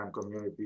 community